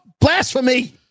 blasphemy